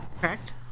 Correct